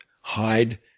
hide